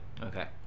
Okay